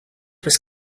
was